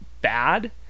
bad